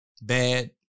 bad